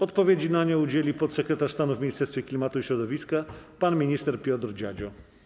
Odpowiedzi na nie udzieli podsekretarz stanu w Ministerstwie Klimatu i Środowiska pan minister Piotr Dziadzio.